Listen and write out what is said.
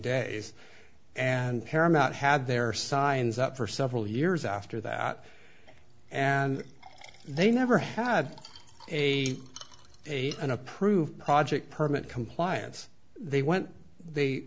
paramount had their signs up for several years after that and they never had a a an approved project permit compliance they went they